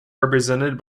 represented